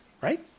right